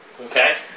Okay